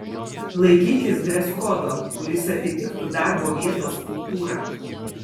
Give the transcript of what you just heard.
laikykis dreskodo kuris atitiktų darbo vietos kultūrą